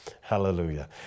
hallelujah